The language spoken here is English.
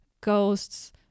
ghosts